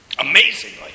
Amazingly